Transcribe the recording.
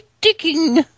digging